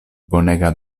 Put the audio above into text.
bonega